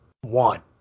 one